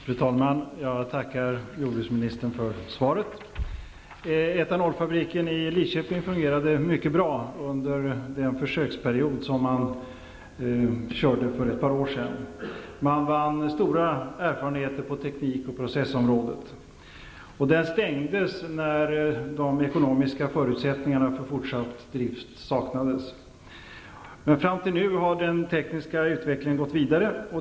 Fru talman! Jag tackar jordbruksministern för svaret. Etanolfabriken i Lidköping fungerade mycket bra under försöksperioden för ett par år sedan. Man vann stora erfarenheter på teknik och processområdet. Fabriken stängdes när de ekonomiska förutsättningarna för fortsatt drift saknades. Fram till nu har den tekniska utvecklingen gått vidare.